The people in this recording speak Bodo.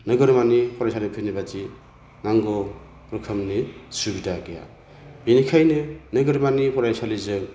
नोगोरमानि फरायसालिफोरनि बादि नांगौ रोखोमनि सुबिदा गैया बेनिखायनो नोगोरमानि फरायसालिजों